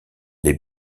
les